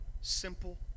simple